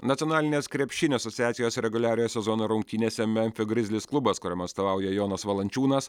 nacionalinės krepšinio asociacijos reguliariojo sezono rungtynėse memfio grizlis klubas kuriam atstovauja jonas valančiūnas